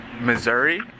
Missouri